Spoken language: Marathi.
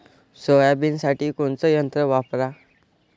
सोयाबीनसाठी कोनचं यंत्र वापरा?